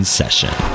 session